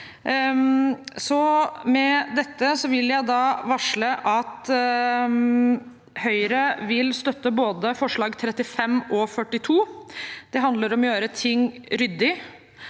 Med dette vil jeg varsle at Høyre vil støtte forslagene nr. 35 og 42. Det handler om å gjøre ting ryddig,